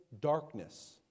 darkness